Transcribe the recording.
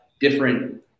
different